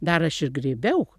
dar aš ir griebiau